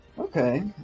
Okay